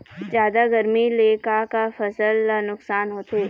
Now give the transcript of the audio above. जादा गरमी ले का का फसल ला नुकसान होथे?